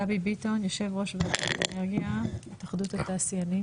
גבי ביטון יושב ראש ועדת האנרגיה התאחדות התעשיינים.